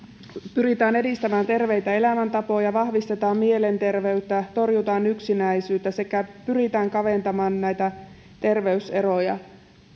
pyritään edistämään terveitä elämäntapoja vahvistetaan mielenterveyttä torjutaan yksinäisyyttä sekä pyritään kaventamaan näitä terveyseroja